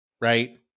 right